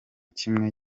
kimwe